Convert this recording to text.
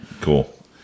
cool